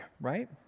right